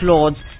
Lord's